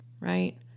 right